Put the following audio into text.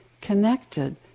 connected